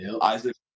Isaac